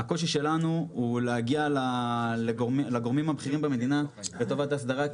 הקושי שלנו הוא להגיע לגורמים הבכירים במדינה לטובת אסדרה,